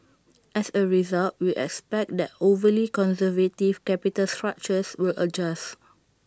as A result we expect that overly conservative capital structures will adjust